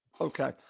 Okay